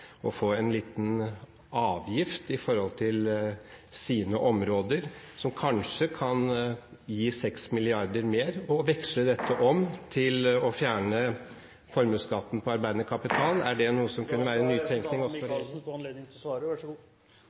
å få en liten avgift på sine områder, som kanskje kan gi 6 mrd. kr mer, og veksle dette om til å fjerne formuesskatten på arbeidende kapital, er noe som kan være nytenkning hos Micaelsen? Da skal representanten Micaelsen få anledning til å svare – vær så god.